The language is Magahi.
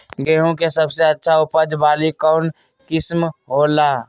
गेंहू के सबसे अच्छा उपज वाली कौन किस्म हो ला?